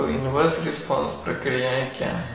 तो inverse response प्रक्रियाएं क्या हैं